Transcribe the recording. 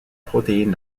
protéine